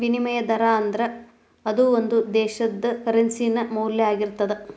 ವಿನಿಮಯ ದರಾ ಅಂದ್ರ ಅದು ಒಂದು ದೇಶದ್ದ ಕರೆನ್ಸಿ ದ ಮೌಲ್ಯ ಆಗಿರ್ತದ